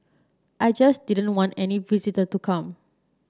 I just didn't want any visitor to come